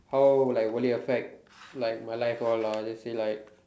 how will I will it affect like my life all lah I just say like